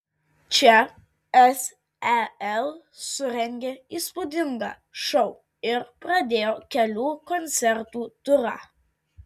čia sel surengė įspūdingą šou ir pradėjo kelių koncertų turą